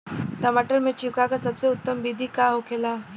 टमाटर में छिड़काव का सबसे उत्तम बिदी का होखेला?